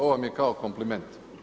Ovo vam je kao kompliment.